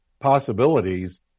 possibilities